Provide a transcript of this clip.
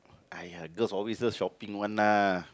!aiya! girls always those shopping one lah